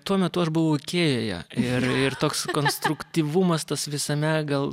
tuo metu aš buvau ikėjoje ir ir toks konstruktyvumas tas visame gal